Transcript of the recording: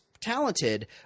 talented